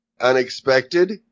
unexpected